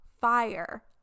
fire